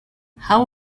how